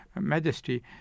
majesty